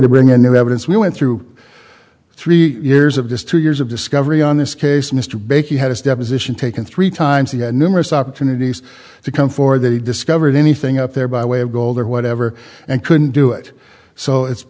to bring in new evidence we went through three years of just two years of discovery on this case mr baker he had his deposition taken three times he had numerous opportunities to come forward that he discovered anything up there by way of gold or whatever and couldn't do it so it's